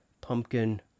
pumpkin